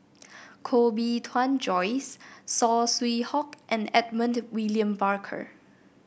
Koh Bee Tuan Joyce Saw Swee Hock and Edmund William Barker